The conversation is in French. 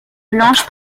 blanche